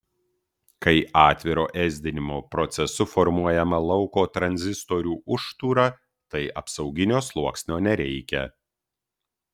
kai atviro ėsdinimo procesu formuojama lauko tranzistorių užtūra tai apsauginio sluoksnio nereikia